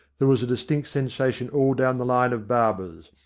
there was a distinct sensation all down the line of barbers.